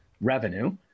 revenue